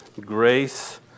grace